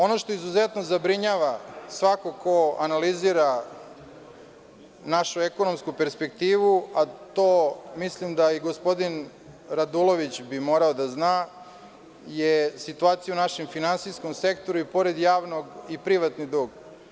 Ono što izuzetno zabrinjava svakoga ko analizira našu ekonomsku perspektivu, a mislim da bi i gospodin Radulović morao da zna, jeste situacija u našem ekonomskom sektoru, pored javnog i privatni dug.